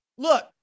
Look